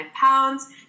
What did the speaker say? pounds